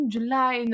July